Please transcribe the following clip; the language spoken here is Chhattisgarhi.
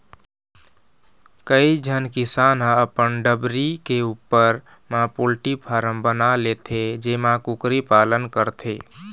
कइझन किसान ह अपन डबरी के उप्पर म पोल्टी फारम बना लेथे जेमा कुकरी पालन करथे